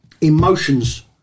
emotions